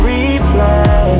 Replay